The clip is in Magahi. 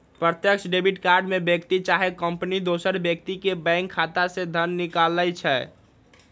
प्रत्यक्ष डेबिट में व्यक्ति चाहे कंपनी दोसर व्यक्ति के बैंक खता से धन निकालइ छै